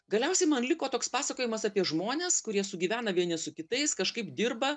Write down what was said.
galiausiai man liko toks pasakojimas apie žmones kurie sugyvena vieni su kitais kažkaip dirba